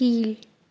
கீழ்